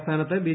ആസ്ഥാനത്ത് ബി